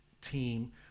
team